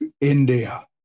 India